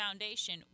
foundation